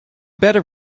better